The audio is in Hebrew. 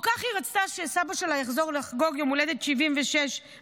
היא כל כך רצתה שסבא שלה יחזור לחגוג יום הולדת 76 בבית,